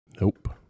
Nope